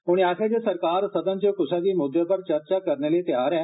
उनैं आक्खेया जे सरकार सदन च क्सै बी मुद्दे पर चर्चा करने लेई त्यार ऐ